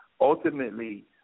Ultimately